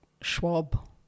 schwab